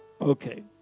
Okay